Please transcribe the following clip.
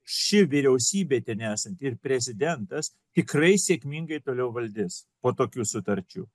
ši vyriausybė ten esanti ir prezidentas tikrai sėkmingai toliau valdys po tokių sutarčių